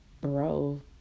bro